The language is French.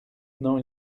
non